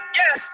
yes